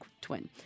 twin